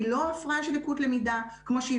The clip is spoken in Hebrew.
היא לא הפרעה של לקות למידה כמו שהיא